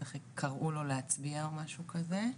בטח קראו לו להצביע או משהו כזה.